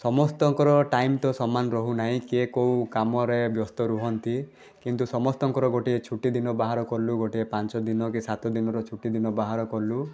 ସମସ୍ତଙ୍କର ଟାଇମ ତ ସମାନ ରହୁ ନାହିଁ କିଏ କେଉଁ କାମରେ ବ୍ୟସ୍ତରେ ରୁହନ୍ତି କିନ୍ତୁ ସମସ୍ତଙ୍କର ଗୋଟିଏ ଛୁଟିଦିନ ବାହାର କଲୁ ଗୋଟିଏ ପାଞ୍ଚ ଦିନ କି ସାତ ଦିନର ଛୁଟି ଦିନ ବାହାର କଲୁ